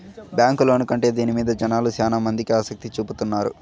bank loan కంటే దీని మీద జనాలు శ్యానా మంది ఆసక్తి చూపుతున్నారు